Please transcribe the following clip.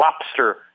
lobster